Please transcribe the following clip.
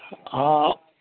हँ